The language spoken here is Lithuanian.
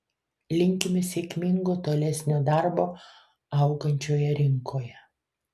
linkime sėkmingo tolesnio darbo augančioje rinkoje